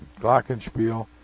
glockenspiel